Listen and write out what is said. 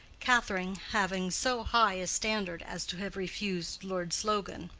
catherine having so high a standard as to have refused lord slogan.